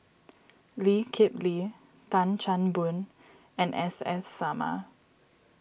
Lee Kip Lee Tan Chan Boon and S S Sarma